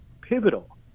pivotal